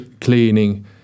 cleaning